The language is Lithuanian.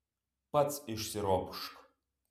pats išsiropšk